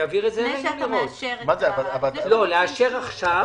נאשר עכשיו.